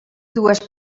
dues